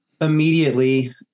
immediately